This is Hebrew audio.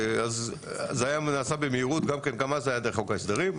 זה נעשה במהירות וגם אז זה היה דרך חוק ההסדרים.